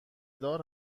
دار